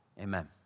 amen